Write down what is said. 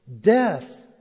death